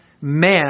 man